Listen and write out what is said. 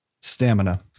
Stamina